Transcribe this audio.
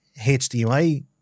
HDMI